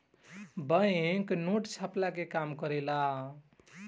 bank note छ्पला के काम करेला